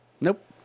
Nope